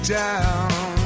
down